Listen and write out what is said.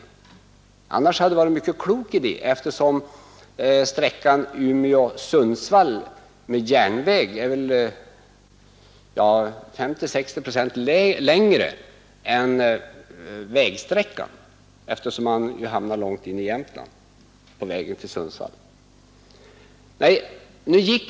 Det hade annars varit en mycket god idé, eftersom järnvägssträckan Umeå—Sundsvall är 50—60 procent längre än vägsträckan — järnvägen går långt in i Jämtland på vägen till Sundsvall.